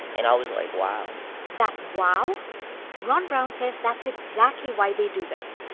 and i was like, wow that wow ron brown says that's exactly why they do this,